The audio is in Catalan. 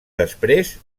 després